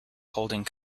holding